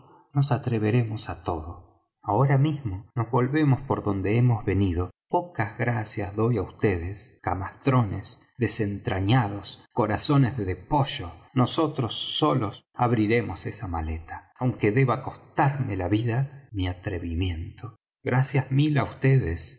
nos atrevemos á todo ahora mismo nos volvemos por donde hemos venido y pocas gracias doy á vds camastrones desentrañados corazones de pollo nosotros solos abriremos esa maleta aunque deba costarme la vida mi atrevimiento gracias mil á